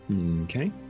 Okay